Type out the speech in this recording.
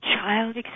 child